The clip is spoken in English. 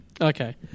Okay